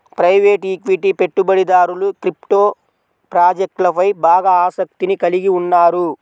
private equity పెట్టుబడిదారులు crypto ప్రాజెక్ట్లపై బాగా ఆసక్తిని కలిగి ఉన్నారు